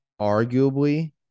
arguably